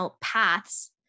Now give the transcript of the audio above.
paths